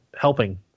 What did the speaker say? helping